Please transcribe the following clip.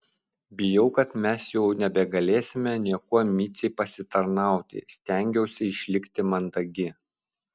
bijau kad mes jau nebegalėsime niekuo micei pasitarnauti stengiausi išlikti mandagi